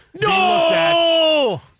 No